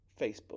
Facebook